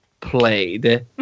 played